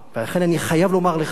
ולכן אני חייב לומר לך,